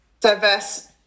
diverse